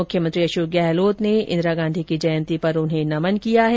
मुख्यमंत्री अशोक गहलोत ने इंदिरा गांधी जयंती पर उन्हें नमन किया है